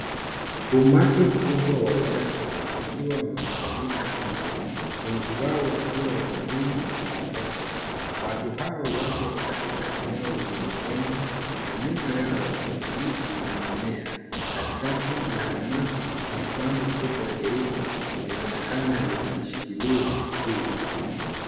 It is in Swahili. Umati mkubwa wa watu wakiwa wamekusanyika nje, wengi wao wakiwa wanaume na watoto. Watu hao wako katika eneo lenye udongo na nyuma yao kuna miti na mimea. Katikati ya umati kuna bango kubwa jeupe linaonekana likishikiliwa juu.